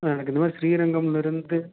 எனக்கு இந்த மாதிரி ஸ்ரீரங்கமில் இருந்து